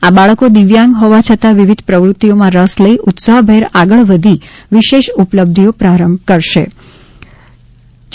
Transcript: આ બાળકો દિવ્યાંગ હોવા છતાં વિવિધ પ્રવૃત્તિઓમાં રસ લઈ ઉત્સાહભેર આગળ વધી વિશેષ ઉપલબ્ધીઓ પ્રારંભ કરી શકે છે